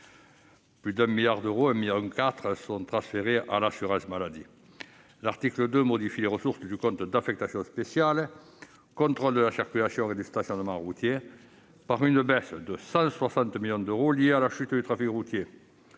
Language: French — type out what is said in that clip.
plus de un milliard d'euros qui est transférée à l'assurance maladie. L'article 2 modifie les ressources du compte d'affectation spéciale « Contrôle de la circulation et du stationnement routiers » pour tenir compte d'une baisse de 160 millions d'euros liée à la chute du trafic routier.